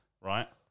Right